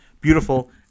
beautiful